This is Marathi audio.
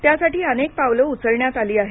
त्यासाठी अनेक पावलं उचलण्यात आली आहेत